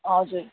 हजुर